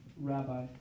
rabbi